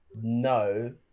no